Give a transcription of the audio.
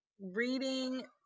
reading